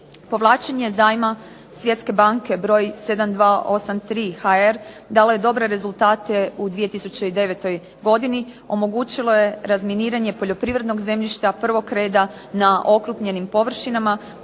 Povlačenje zajma Svjetske banke broj 7283 HR dalo je dobre rezultate u 2009. godini. Omogućilo je razminiranje poljoprivrednog zemljišta prvog reda na okrupnjenim površinama,